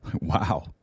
Wow